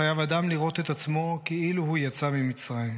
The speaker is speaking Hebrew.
חייב אדם לראות את עצמו כאילו הוא יצא ממצרים.